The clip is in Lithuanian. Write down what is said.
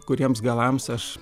kuriems galams aš